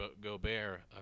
gobert